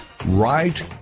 Right